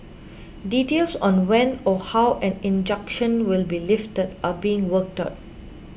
details on when or how an injunction will be lifted are being worked out